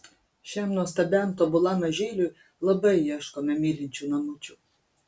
šiam nuostabiam tobulam mažyliui labai ieškome mylinčių namučių